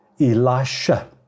elisha